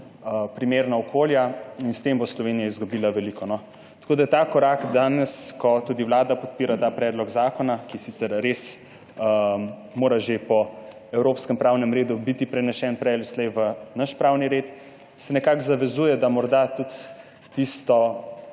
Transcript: primerna okolja in s tem bo Slovenija izgubila veliko. S tem korakom danes, ko tudi Vlada podpira ta predlog zakona, ki mora sicer res biti že po evropskem pravnem redu prej ali slej prenesen v naš pravni red, se nekako zavezuje, da se morda tudi tista